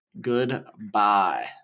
Goodbye